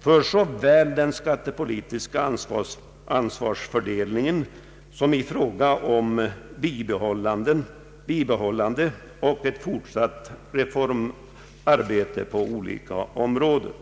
för såväl den skattepolitiska ansvarsfördelningen som för ett bibehållet och fortsatt reformarbete på olika områden.